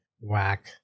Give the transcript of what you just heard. Whack